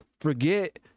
forget